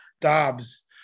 Dobbs